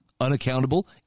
unaccountable